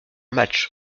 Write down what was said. match